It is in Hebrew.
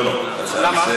לא, לא.